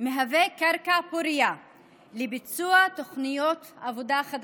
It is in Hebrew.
מהווה קרקע פורייה לביצוע תוכניות עבודה חדשות,